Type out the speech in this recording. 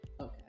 Okay